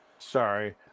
Sorry